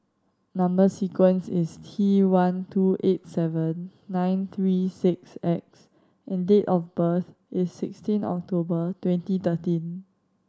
number sequence is T one two eight seven nine three six X and date of birth is sixteen October twenty thirteen